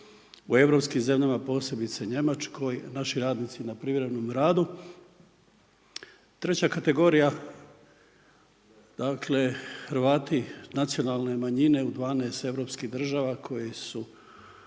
u europskim zemljama, posebice Njemačkoj, naši radnici na privremenom radu. Treća kategorija, dakle Hrvati, nacionalne manjine u 12 europskih država koji su,